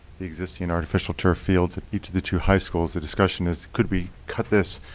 the existing artificial turf fields at each of the two high schools, the discussion is could we cut this,